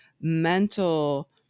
mental